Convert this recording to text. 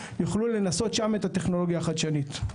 יוכלו לנסות שם את הטכנולוגיה החדשנית.